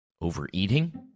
overeating